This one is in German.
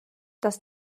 das